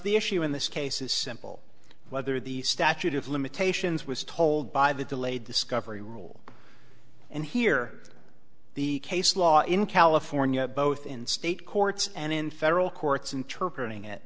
the issue in this case is simple whether the statute of limitations was told by the delayed discovery rule and here the case law in california both in state courts and in federal courts interpretating it